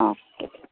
okay